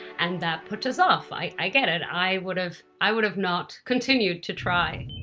and that put us off. i get it, i would've i would've not continued to try.